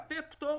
לתת פטור,